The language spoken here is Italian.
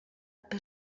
per